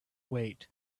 wait